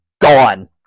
gone